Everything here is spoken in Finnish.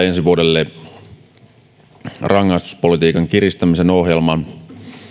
ensi vuodelle koostuu rangaistuspolitiikan kiristämisen ohjelman